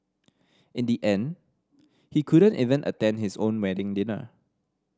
in the end he couldn't even attend his own wedding dinner